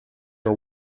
are